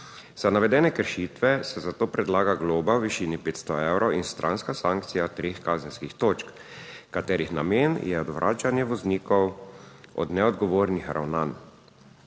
Za navedene kršitve se za to predlaga globa v višini 500 evrov in stranska sankcija treh kazenskih točk, katerih namen je odvračanje voznikov od neodgovornih ravnanj.